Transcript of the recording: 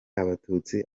abatutsi